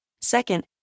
Second